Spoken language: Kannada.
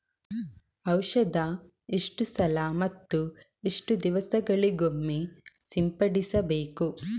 ಔಷಧ ಎಷ್ಟು ಸಲ ಮತ್ತು ಎಷ್ಟು ದಿವಸಗಳಿಗೊಮ್ಮೆ ಸಿಂಪಡಿಸಬೇಕು?